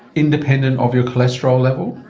independent of your cholesterol level?